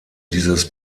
dieses